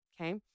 Okay